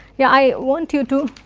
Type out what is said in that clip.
yeah i want you to